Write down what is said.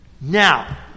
Now